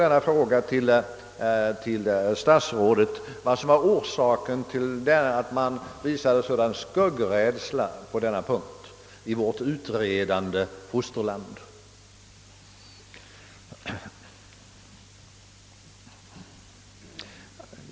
— i vårt utredande fosterland — visat en sådan skuggrädsla på denna punkt?